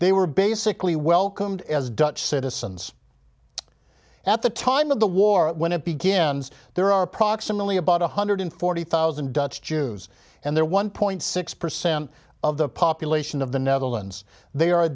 they were basically welcomed as dutch citizens at the time of the war when it begins there are approximately about one hundred forty thousand dutch jews and their one point six percent of the population of the netherlands they are a